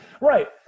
Right